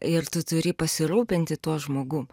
ir tu turi pasirūpinti tuo žmogum